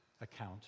account